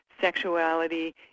sexuality